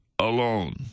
alone